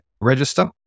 Register